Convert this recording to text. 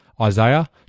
Isaiah